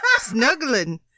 snuggling